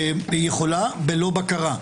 היא יכולה בלא בקרה.